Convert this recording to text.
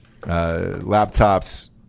Laptops